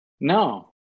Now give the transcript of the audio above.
No